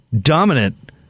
dominant